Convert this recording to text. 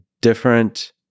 different